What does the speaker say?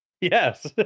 Yes